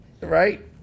Right